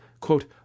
quote